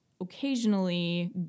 occasionally